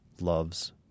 loves